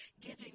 giving